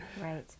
Right